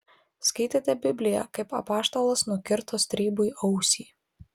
skaitėte bibliją kaip apaštalas nukirto stribui ausį